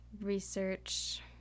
research